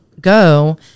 go